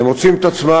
הם מוצאים את עצמם,